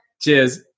Cheers